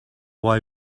why